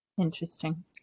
Interesting